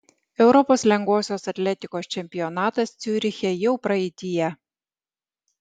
europos lengvosios atletikos čempionatas ciuriche jau praeityje